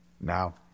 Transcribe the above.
Now